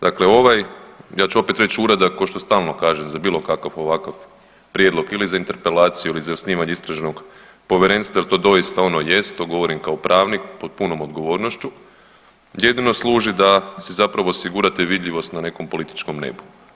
Dakle ovaj, ja ću opet reći uradak, kao što i stalno kažem za bilo kakav ovakav prijedlog ili za interpelaciju ili za osnivanje istražnog povjerenstva, jer to doista ono jest, to govorim kao pravnik, pod punom odgovornošću, jedino služi da si zapravo osigurate vidljivost na nekakvom političkom nebu.